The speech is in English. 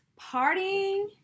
partying